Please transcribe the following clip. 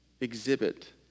exhibit